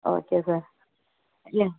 okay sir இல்லை